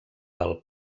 del